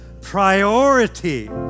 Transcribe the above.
priority